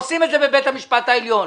עושים את זה בבית המשפט העליון,